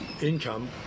income